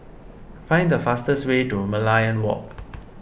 find the fastest way to Merlion Walk